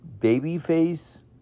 babyface